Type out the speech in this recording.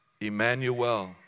Emmanuel